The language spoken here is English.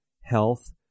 Health